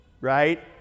right